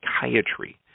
Psychiatry